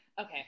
okay